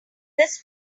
this